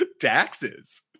taxes